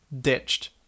ditched